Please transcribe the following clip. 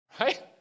right